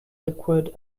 liquid